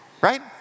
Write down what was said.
right